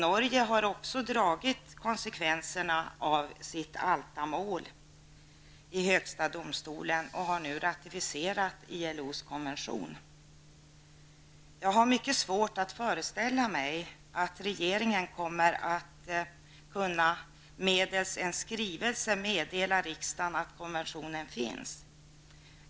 Norge har också dragit konsekvenserna av Altamålet i högsta domstolen och nu ratificerat ILOs konvention. Jag har mycket svårt att föreställa mig att regeringen medels en skrivelse kommer att kunna meddela riksdagen att konventionen finns.